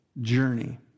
journey